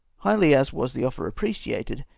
highly as was the offer appreciated,